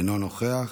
אינו נוכח.